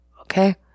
Okay